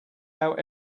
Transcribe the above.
out